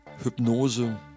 hypnose